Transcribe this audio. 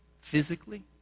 physically